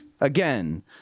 again